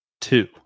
Two